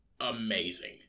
amazing